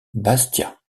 bastia